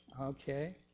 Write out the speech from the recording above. Okay